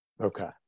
Okay